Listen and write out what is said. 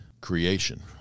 creation